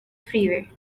freeway